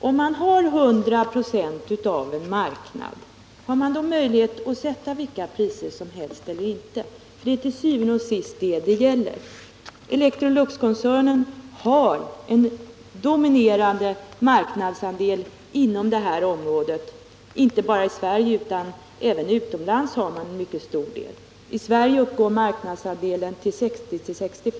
Om ett företag har 100 26 av en marknad, har det då möjlighet att sätta vilka priser som helst eller inte? Det är til syvende og sidst det som frågan gäller. Electroluxkoncernen har en dominerande marknadsandel inom den här området, och inte bara i Sverige utan även utomlands har den en mycket stor del. I Sverige uppgår marknadsandelen till 60-65 26.